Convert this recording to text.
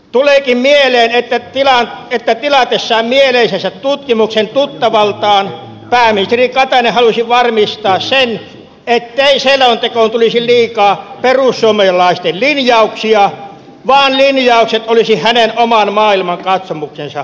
tuleekin mieleen että tilatessaan mieleisensä tutkimuksen tuttavaltaan pääministeri katainen halusi varmistaa sen ettei selontekoon tulisi liikaa perussuomalaisten linjauksia vaan linjaukset olisivat hänen oman maailmankatsomuksensa mukaisia